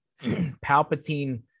Palpatine